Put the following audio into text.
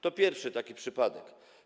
To pierwszy taki przypadek.